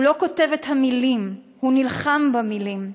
הוא לא כותב את המילים, הוא נלחם במילים,